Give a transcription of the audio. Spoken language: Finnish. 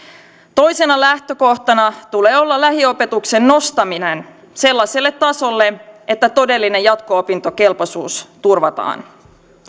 toisena lähtökohtana tulee olla lähiopetuksen nostaminen sellaiselle tasolle että todellinen jatko opintokelpoisuus turvataan